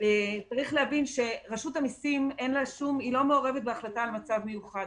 צריך להבין שרשות המסים לא מעורבת בהחלטה על מצב מיוחד,